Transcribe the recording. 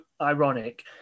ironic